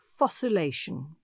fossilization